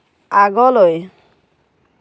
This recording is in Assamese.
আগলৈ